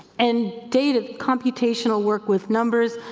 and data, computational work with numbers,